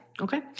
okay